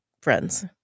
friends